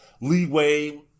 leeway